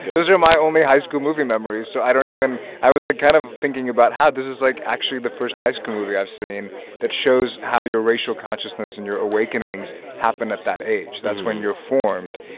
those are my only high school movie memories. so i don't even i was, like, kind of thinking about how this is, like, actually the first high school movie i've seen that shows how your racial consciousness and your awakenings happen at that age. that's when you're formed.